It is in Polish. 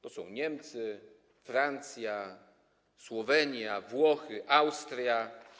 To są Niemcy, Francja, Słowenia, Włochy, Austria.